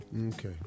Okay